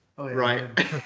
right